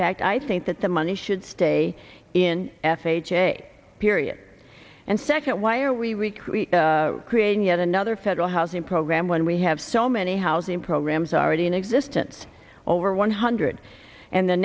fact i think that the money should stay in f h a period and second why are we recruit creating yet another federal housing program when we have so many housing programs already in existence over one hundred and the